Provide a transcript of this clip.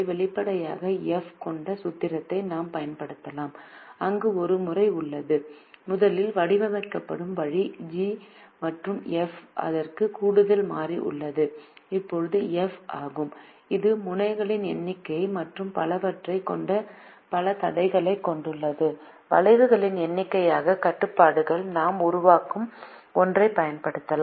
வெளிப்படையாக எஃப் கொண்ட சூத்திரத்தை நாம் பயன்படுத்தலாம் அங்கு ஒரு முறை உள்ளது முதலில் வடிவமைக்கப்படும் வழி ஜிஜ் மற்றும் எஃப் அதற்கு கூடுதல் மாறி உள்ளது இது எஃப் ஆகும் இது முனைகளின் எண்ணிக்கை மற்றும் பலவற்றைக் கொண்ட பல தடைகளைக் கொண்டுள்ளது வளைவுகளின் எண்ணிக்கையாக கட்டுப்பாடுகள் நாம் உருவாக்கம் ஒன்றைப் பயன்படுத்தலாம்